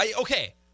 Okay